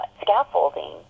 scaffolding